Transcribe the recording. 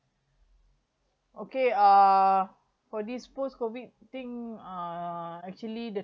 okay uh for this post COVID thing uh actually the